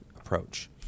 approach